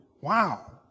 Wow